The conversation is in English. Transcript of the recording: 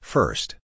First